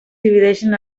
divideixen